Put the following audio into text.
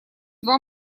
два